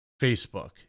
Facebook